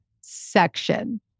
section